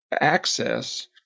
access